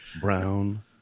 brown